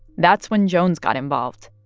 that's when jones got involved.